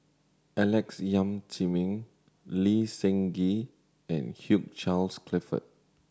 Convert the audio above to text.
Alex Yam Ziming Lee Seng Gee and Hugh Charles Clifford